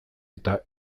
eta